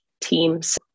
teams